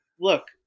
look